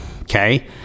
okay